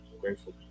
grateful